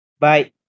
Bye